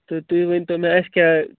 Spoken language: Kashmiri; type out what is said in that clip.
تہٕ تۄہہِ ؤنۍتو مےٚ اَسہِ کیٛاہ